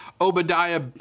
Obadiah